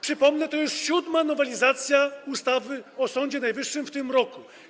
Przypomnę, że to jest siódma nowelizacja ustawy o Sądzie Najwyższym w tym roku.